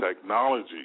technology